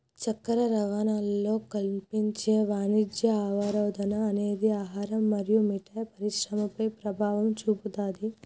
చక్కెర రవాణాలో కనిపించే వాణిజ్య అవరోధం అనేది ఆహారం మరియు మిఠాయి పరిశ్రమపై ప్రభావం చూపుతాది